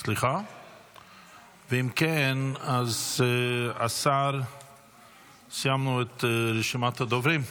אם כן, סיימנו את רשימת הדוברים.